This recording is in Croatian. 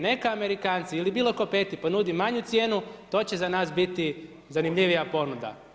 Neka Amerikanci ili tko drugi peti ponudi manju cijenu, to će za nas biti zanimljivija ponuda.